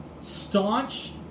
staunch